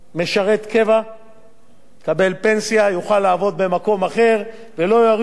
מקבל פנסיה יוכל לעבוד במקום אחר ולא יורידו 30% מקצבתו.